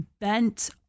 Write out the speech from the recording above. bent